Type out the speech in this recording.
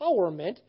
empowerment